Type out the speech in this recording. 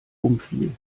umfiel